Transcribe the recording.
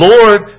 Lord